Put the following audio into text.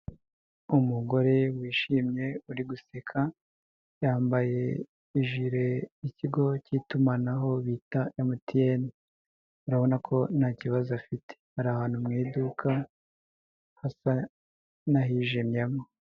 Umugore wishimye uri guseka, yambaye ikigo cy'itumanaho bita emutiyeni urabona ko nta kibazo afite ari ahantu mu iduka, hasa n'ahijimyemo.